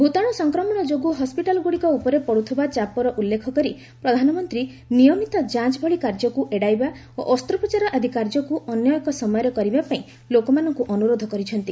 ଭୂତାଣୁ ସଂକ୍ରମଣ ଯୋଗୁଁ ହସ୍କିଟାଲଗୁଡ଼ିକ ଉପରେ ପଡ଼ୁଥିବା ଚାପର ଉଲ୍ଲେଖ କରି ପ୍ରଧାନମନ୍ତ୍ରୀ ନିୟମିତ ଯାଞ୍ଚ ଭଳି କାର୍ଯ୍ୟକୁ ଏଡାଇବା ଓ ଅସ୍ତ୍ରୋପ୍ରଚାର ଆଦି କାର୍ଯ୍ୟକୁ ଅନ୍ୟ ଏକ ସମୟରେ କରିବା ପାଇଁ ଲୋକମାନଙ୍କୁ ଅନୁରୋଧ କରିଛନ୍ତି